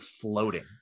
floating